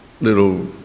little